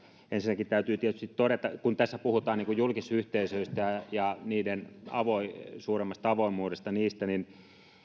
ensinnäkin täytyy tietysti todeta kun tässä puhutaan julkisyhteisöistä ja niiden suuremmasta avoimuudesta että